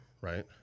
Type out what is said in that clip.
right